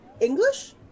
English